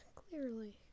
clearly